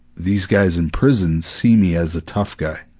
these guys in prison see me as a tough guy,